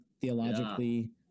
theologically